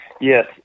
Yes